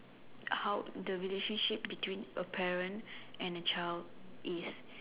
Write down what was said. how the relationship between the parents and the child is